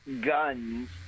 guns